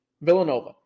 Villanova